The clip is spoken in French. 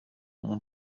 mon